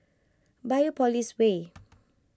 Biopolis Way